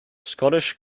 scottish